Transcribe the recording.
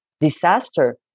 disaster